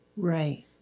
Right